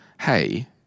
hey